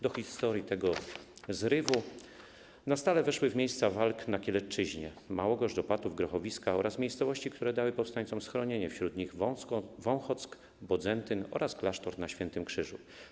Do historii tego zrywu na stałe weszły miejsca walk na Kielecczyźnie: Małogoszcz, Opatów, Grochowiska, oraz miejscowości, które dały powstańcom schronienie, wśród nich Wąchock i Bodzentyn oraz klasztor na Świętym Krzyżu.